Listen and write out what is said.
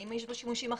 האם יש בו שימושים אחרים?